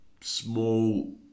small